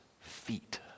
feet